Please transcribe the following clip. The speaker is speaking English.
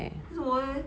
为什么 leh